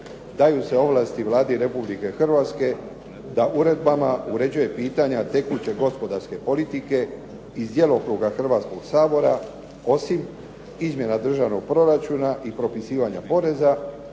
a to su kako se predlaže hrvatska Vlada, pitanja tekuće gospodarske politike iz djelokruga Hrvatskog sabora, osim izmjena državnog proračuna i propisivanja poreza,